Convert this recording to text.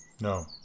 no